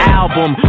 album